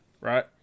right